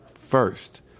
first